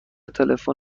تلفن